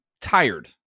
tired